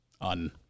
on